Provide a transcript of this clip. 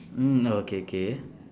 mm okay okay